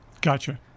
Gotcha